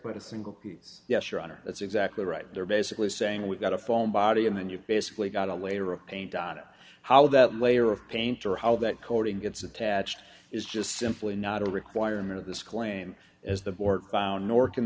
with a single yes your honor that's exactly right they're basically saying we've got a phone body and then you've basically got a layer of pain diana how that layer of paint or how that coating gets attached is just simply not a requirement of this claim as the board found nor can